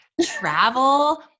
travel